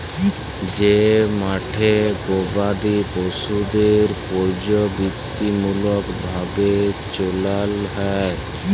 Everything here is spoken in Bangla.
যে মাঠে গবাদি পশুদের পর্যাবৃত্তিমূলক ভাবে চরাল হ্যয়